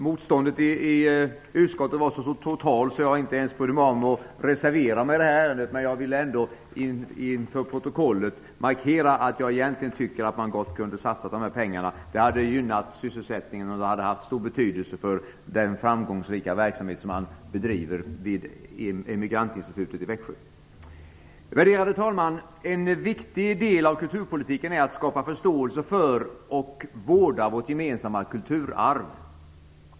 Motståndet i utskottet var så totalt att jag inte brytt mig om att reservera mig i ärendet, men jag vill ändå till protokollet markera att jag egentligen tycker att man gott kunde ha satsat de här pengarna. Det skulle ha gynnat sysselsättningen och skulle ha haft stor betydelse för den framgångsrika verksamhet som bedrivs vid emigrantinstitutet i Växjö. Värderade talman! En viktig del av kulturpolitiken är att skapa förståelse för och vårda vårt gemensamma kulturarv.